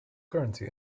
currency